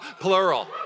plural